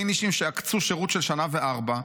ביינישים שעקצו שירות של שנה וארבע,